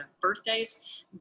birthdays